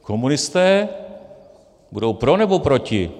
Komunisté budou pro, nebo proti?